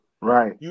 Right